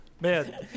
Man